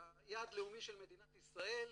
יעד לאומי של מדינת ישראל,